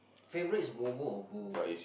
favorite is bobo or bo